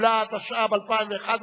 התשע"ב 2011,